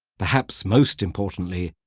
perhaps most importantly,